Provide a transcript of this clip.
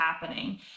happening